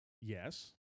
Yes